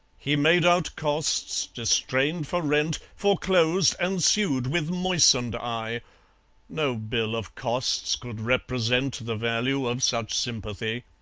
he made out costs, distrained for rent, foreclosed and sued, with moistened eye no bill of costs could represent the value of such sympathy.